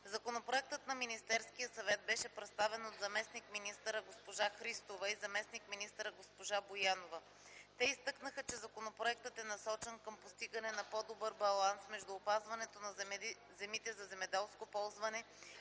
Законопроектът на Министерския съвет беше представен от заместник-министъра госпожа Христова и от заместник-министъра госпожа Боянова. Те изтъкнаха, че законопроектът е насочен към постигане на по-добър баланс между опазването на земите за земеделско ползване